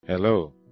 Hello